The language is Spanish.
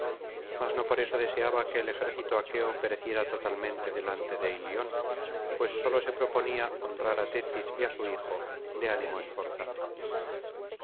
mas no por eso deseaba que el ejército aqueo pereciera totalmente delante de ilion pues sólo se proponía honrar á tetis y á su hijo de ánimo esforzado